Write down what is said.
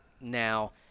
now